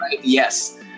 yes